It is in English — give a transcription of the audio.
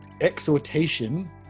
exhortation